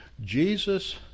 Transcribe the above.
Jesus